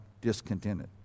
discontented